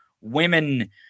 women